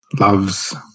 love's